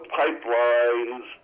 pipelines